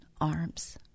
arms